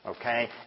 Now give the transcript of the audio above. Okay